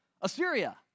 Assyria